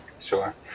sure